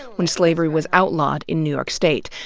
when slavery was outlawed in new york state,